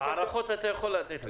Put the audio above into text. הערכות אתה יכול לתת לי.